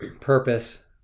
purpose